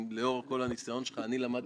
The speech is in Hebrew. אלברט סחרוביץ,